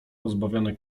pozbawione